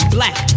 Black